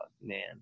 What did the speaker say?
man